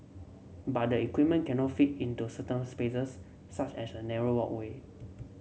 but the equipment cannot fit into certain spaces such as a narrow walkway